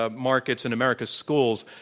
ah markets and america's schools,